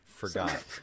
Forgot